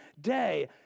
day